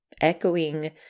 echoing